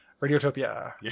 Radiotopia